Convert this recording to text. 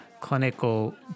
clinical